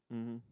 mmhmm